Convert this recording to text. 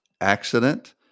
accident